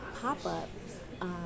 pop-up